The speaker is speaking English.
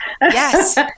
Yes